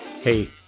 Hey